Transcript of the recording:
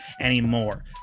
anymore